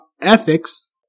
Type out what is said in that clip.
ethics